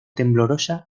temblorosa